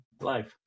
life